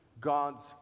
God's